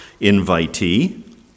invitee